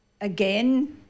again